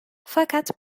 fakat